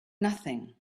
nothing